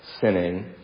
sinning